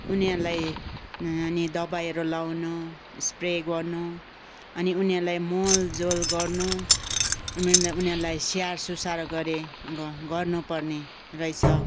उनीहरूलाई अनि दबाईहरू लाउनु स्प्रे गर्नु अनि उनीहरूलाई मलजल गर्नु उनीहरूलाई स्याहार सुसार गरे गर्नु पर्ने रैछ